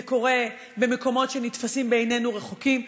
זה קורה במקומות שנתפסים בעינינו רחוקים.